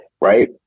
right